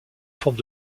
forme